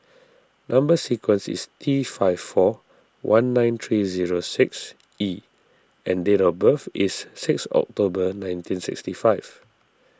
Number Sequence is T five four one nine three zero six E and date of birth is six October nineteen sixty five